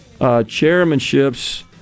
chairmanships